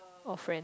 or friend